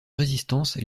résistance